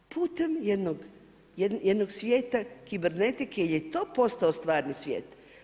Putem jednog svijeta kibernetike jer je to postao stvarni svijet.